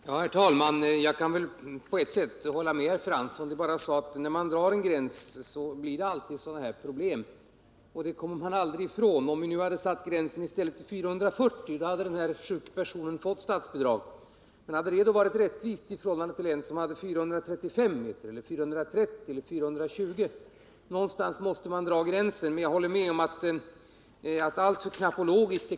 Herr talman! Jag kan väl på ett sätt hålla med herr Fransson. Det är bara så, att det alltid blir sådana här problem när man drar en gräns. Hade man i stället satt gränsen vid 440 m, hade den sjuka personen fått statsbidrag. Men hade detta varit rättvist med tanke på den som har en 435 m, 430 m eller 420 m lång väg? Någonstans måste man dra gränsen, men jag hoppas att man inte skall behöva mäta alltför knappologiskt.